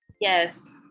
Yes